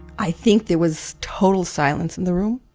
i think there was total silence in the room.